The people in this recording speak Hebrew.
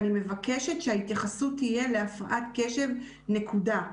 ואני מבקשת שההתייחסות תהיה להפרעת קשב נקודה.